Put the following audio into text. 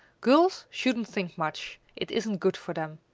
girls shouldn't think much. it isn't good for them.